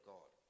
God